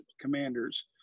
commanders